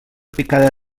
picada